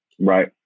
Right